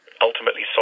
ultimately